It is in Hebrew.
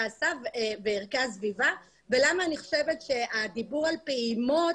הסביבה ולמה אני חושבת שהדיבור על פעימות,